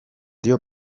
dio